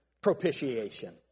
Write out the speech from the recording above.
propitiation